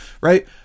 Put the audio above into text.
right